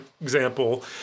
example